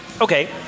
Okay